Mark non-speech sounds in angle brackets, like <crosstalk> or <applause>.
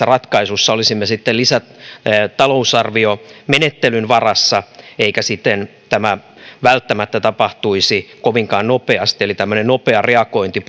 <unintelligible> ratkaisussa olisimme sitten lisätalousarviomenettelyn varassa eikä siten tämä välttämättä tapahtuisi kovinkaan nopeasti eli tämmöinen nopea reagointi <unintelligible>